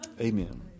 Amen